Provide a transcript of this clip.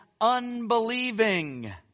unbelieving